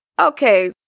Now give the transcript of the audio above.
Okay